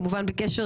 כמובן בקשר